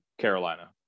Carolina